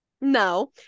no